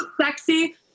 sexy